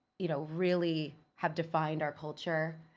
you know, really have defined our culture,